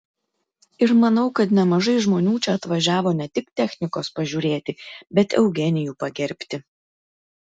ir manau kad nemažai žmonių čia atvažiavo ne tik technikos pažiūrėti bet eugenijų pagerbti